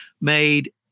made